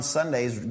Sundays